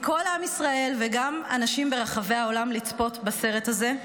מכל עם ישראל וגם אנשים ברחבי העולם לצפות בסרט הזה.